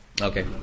Okay